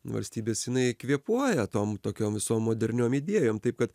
valstybės jinai kvėpuoja tom tokiom visom moderniom idėjom taip kad